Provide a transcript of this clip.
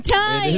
time